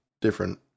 different